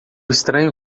estranho